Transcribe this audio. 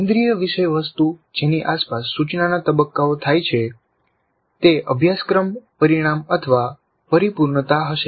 કેન્દ્રીય વિષય વસ્તુ જેની આસપાસ સૂચનાના તબક્કાઓ થાય છે તે અભ્યાસક્રમ પરિણામ અથવા પરિપૂર્ણતા હશે